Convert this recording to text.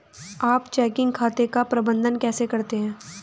आप चेकिंग खाते का प्रबंधन कैसे करते हैं?